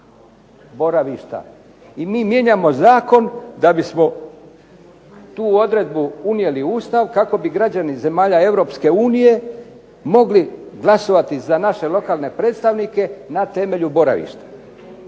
I mi mijenjamo zakon da bismo tu odredbu unijeli u Ustav kako bi građani zemalja EU mogli glasovati za naše lokalne predstavnike na temelju boravišta.